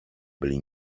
byli